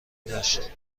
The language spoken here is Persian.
داشت